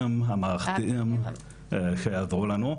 המבנים המערכתיים שיעזרו לנו.